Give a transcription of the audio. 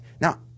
Now